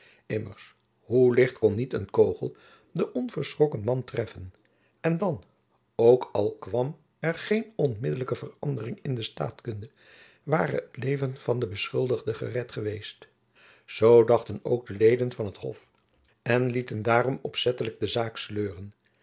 immers hoe licht kon niet een kogel den onverschrokken man treffen en dan ook al kwam er geen onmiddelijke verandering in de staatkunde ware het leven van den beschuldigde jacob van lennep elizabeth musch gered geweest zoo dachten ook de leden van het hof en lieten daarom opzettelijk de zaak sleuren